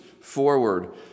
forward